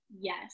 yes